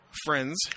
friends